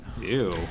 Ew